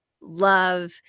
love